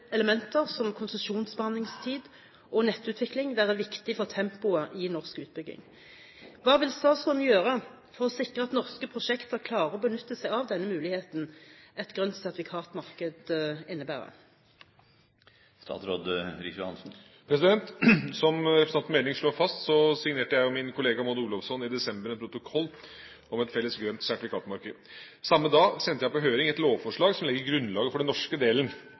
elementer som konsesjonsbehandlingstid og nettutvikling være viktig for tempoet i norsk utbygging. Hva vil statsråden gjøre for å sikre at norske prosjekter klarer å benytte seg av denne muligheten et grønt sertifikatmarked innebærer?» Som representanten Meling slår fast, signerte jeg og min kollega Maud Olofsson i desember en protokoll om et felles grønt sertifikatmarked. Samme dag sendte jeg på høring et lovforslag som legger grunnlaget for den norske delen